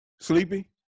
sleepy